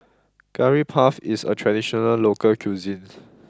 Curry Puff is a traditional local cuisine